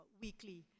Weekly